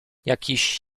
jakiś